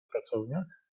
pracowniach